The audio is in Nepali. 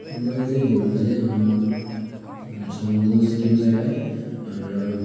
मलाई चाहिँ घुम्नु चाहिँ छङ्गु सिक्किम साइड है र